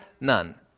none